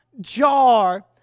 jar